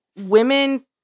women